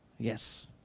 yes